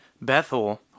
Bethel